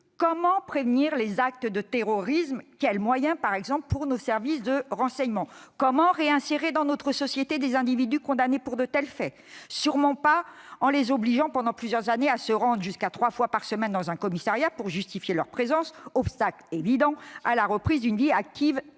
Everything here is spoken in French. comment prévenir les actes de terrorisme ? De quels moyens doivent disposer nos services de renseignement, par exemple ? Comment réinsérer dans notre société des individus condamnés pour de tels faits ? Ce n'est sûrement pas en les obligeant pendant plusieurs années à se rendre jusqu'à trois fois par semaine dans un commissariat pour justifier leur présence, obstacle évident à la reprise d'une vie active et